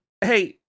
hey